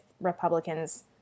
Republicans